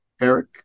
Eric